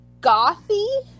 gothy